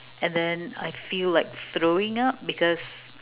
and then I feel like throwing up because